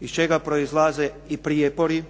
iz čega proizlaze i prijepori